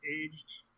aged